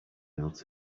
out